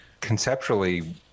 conceptually